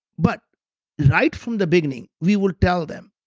but right from the beginning, we would tell them,